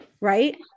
Right